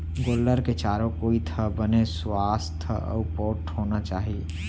गोल्लर के चारों कोइत ह बने सुवास्थ अउ पोठ होना चाही